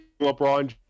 LeBron